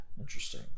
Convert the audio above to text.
Interesting